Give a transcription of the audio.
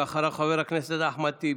ואחריו חבר הכנסת אחמד טיבי.